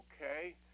Okay